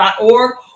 .org